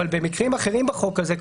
אבל במקרים אחרים בחוק הזה,